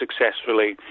successfully